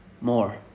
more